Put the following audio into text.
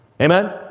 Amen